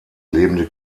lebende